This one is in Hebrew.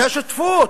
זה שותפות,